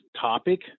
topic